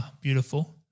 Beautiful